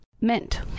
Mint